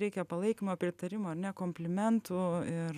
reikia palaikymo pritarimo ar ne komplimentų ir